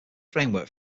framework